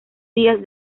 días